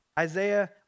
Isaiah